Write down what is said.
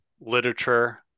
literature